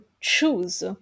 choose